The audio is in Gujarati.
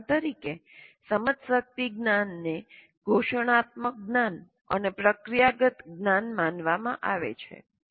ઉદાહરણ તરીકે સમજશક્તિ જ્ઞાન ને ઘોષણાત્મક જ્ઞાન અને પ્રક્રિયાગત જ્ઞાન માનવામાં આવે છે